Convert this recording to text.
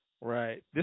Right